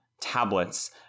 tablets